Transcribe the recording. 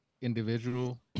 individual